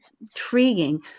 intriguing